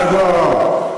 חבר הכנסת אבו עראר.